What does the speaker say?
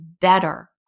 better